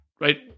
right